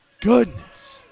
goodness